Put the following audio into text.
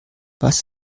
was